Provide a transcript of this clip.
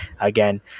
again